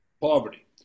poverty